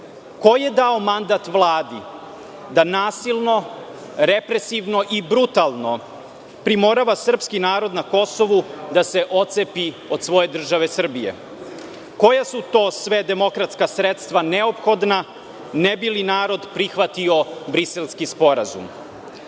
ko je dao mandat Vladi da nasilno, represivno i brutalno primorava srpski narod na Kosovu da se otcepi od svoje države Srbije? Koja su to sve demokratska sredstva neophodna, ne bi li narod prihvatio Briselski sporazum?